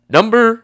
Number